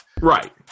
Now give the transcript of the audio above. Right